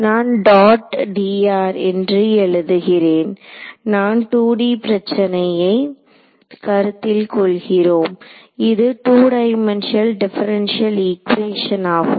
நான் dot dr என்று எழுதுகிறேன் நான் 2D பிரச்சனையை கருத்தில் கொள்கிறோம் இது டூ டைமென்ஷனல் டிஃபரண்ஷியல் ஆகும்